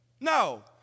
No